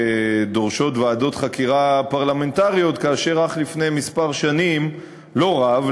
שדורשים ועדות חקירה פרלמנטריות כאשר אך לפני מספר שנים לא רב,